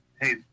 Hey